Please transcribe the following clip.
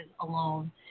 alone